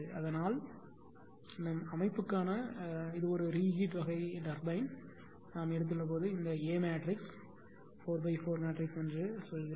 அதனால் அதாவது நம் அமைப்புக்கான இது ஒரு ரீஹீட் வகை விசையாழியை நாம் எடுத்துள்ள போது இந்த ஏ மேட்ரிக்ஸ் 4 க்கு 4 மேட்ரிக்ஸ் என்று அழைக்கலாம்